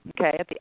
okay